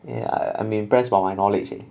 yeah I'm impressed by my knowledge eh